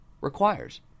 requires